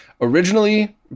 Originally